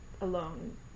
alone